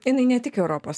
jinai ne tik europos